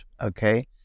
okay